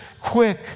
quick